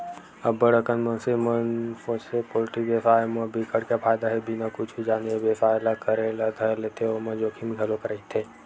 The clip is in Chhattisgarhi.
अब्ब्ड़ अकन मनसे मन सोचथे पोल्टी बेवसाय म बिकट के फायदा हे बिना कुछु जाने ए बेवसाय ल करे ल धर लेथे ओमा जोखिम घलोक रहिथे